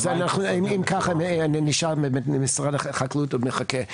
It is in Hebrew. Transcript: אם כך, נשאל באמת את משרד החקלאות שעוד מחכה.